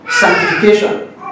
sanctification